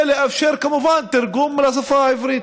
ולאפשר כמובן תרגום לשפה העברית.